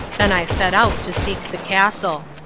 then i set out to seek the castle.